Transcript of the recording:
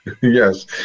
Yes